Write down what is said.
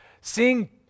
seeing